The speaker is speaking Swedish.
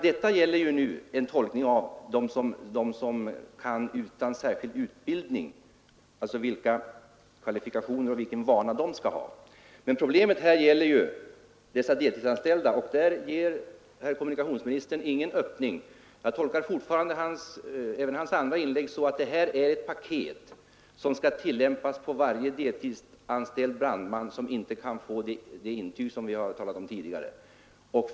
Detta gäller nu som sagt en tolkning av vilka kvalifikationer och vilken vana de förare skall ha som kan tänkas få intyg trots att de saknar särskild utbildning. Men mina frågor gäller ju framför allt de deltidsanställda. Där ger herr kommunikationsministern ingen öppning. Jag tolkar även hans andra inlägg så, att det är ett utbildningspaket som skall tillämpas på varje deltidsanställd brandman som inte kan få det intyg som vi har talat om tidigare.